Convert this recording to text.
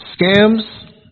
scams